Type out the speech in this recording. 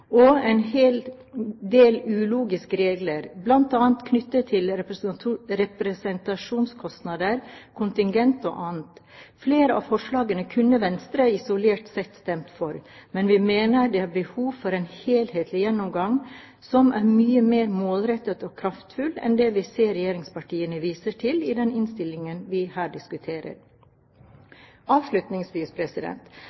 og en hel del ulogiske regler, bl.a. knyttet til representasjonskostnader, kontingent og annet. Flere av forslagene kunne Venstre isolert sett stemt for, men vi mener det er behov for en helhetlig gjennomgang som er mye mer målrettet og kraftfull enn det vi ser regjeringspartiene viser til i den innstillingen vi her